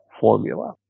formula